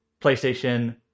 PlayStation